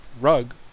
Rug